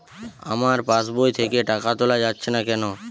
আমার পাসবই থেকে টাকা তোলা যাচ্ছে না কেনো?